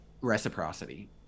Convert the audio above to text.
Reciprocity